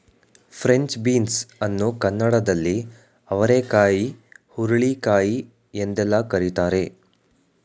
French beans ಅನ್ನು ಕನ್ನಡದಲ್ಲಿ ಅವರೆಕಾಯಿ ಹುರುಳಿಕಾಯಿ ಎಂದೆಲ್ಲ ಕರಿತಾರೆ